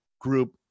group